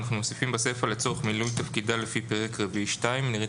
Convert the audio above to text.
בסיפא אנחנו מוסיפים "לצורך מילוי תפקידה לפי פרק רביעי 2". נירית,